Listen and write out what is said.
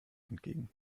entgegen